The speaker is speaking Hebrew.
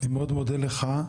אני מאוד מודה לך,